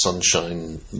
sunshine